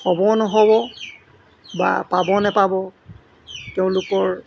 হ'ব নহ'ব বা পাব নাপাব তেওঁলোকৰ